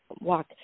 walk